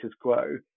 quo